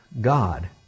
God